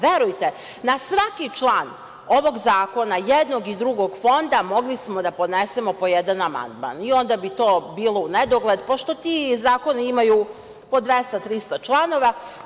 Verujte na svaki član ovog zakona jednog i drugog fonda mogli smo da podnesemo po jedan amandman i onda bi to bilo u nedogled, pošto ti zakoni imaju po 200-300 članova.